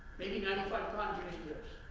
maybe ninety five times in eight years.